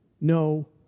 no